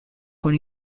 con